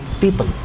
people